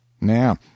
Now